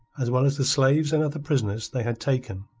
as well as the slaves and other prisoners they had taken.